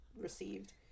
received